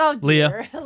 Leah